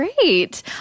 Great